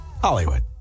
Hollywood